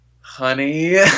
honey